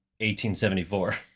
1874